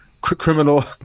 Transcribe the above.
criminal